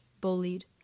bullied